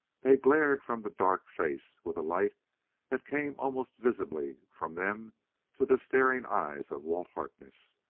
they glared from the dark face with a light that came almost visibly from them to the staring eyes of walt harkness.